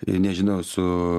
nežinau su